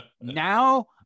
Now